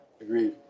agreed